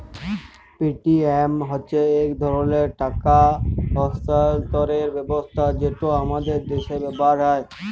Paytm হছে ইক ধরলের টাকা ইস্থালাল্তরের ব্যবস্থা যেট আমাদের দ্যাশে ব্যাভার হ্যয়